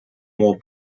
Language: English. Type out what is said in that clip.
more